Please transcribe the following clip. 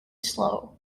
slow